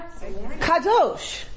kadosh